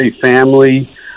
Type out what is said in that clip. family